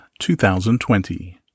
2020